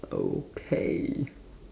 okay